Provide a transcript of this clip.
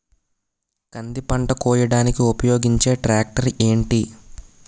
కంది పంట కోయడానికి ఉపయోగించే ట్రాక్టర్ ఏంటి?